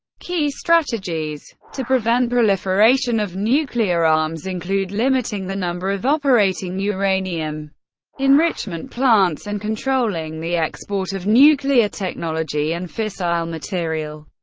key strategies to prevent proliferation of nuclear arms include limiting the number of operating uranium enrichment plants and controlling the export of nuclear technology and fissile material.